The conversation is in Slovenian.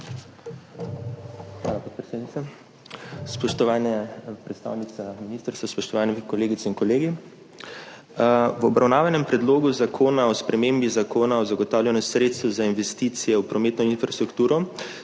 Spoštovane predstavnice ministrstva, spoštovane kolegice in kolegi! V obravnavanem Predlogu zakona o spremembi Zakona o zagotavljanju sredstev za investicije v prometno infrastrukturo